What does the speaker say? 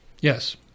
Yes